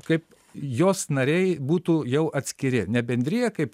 kaip jos nariai būtų jau atskiri ne bendrija kaip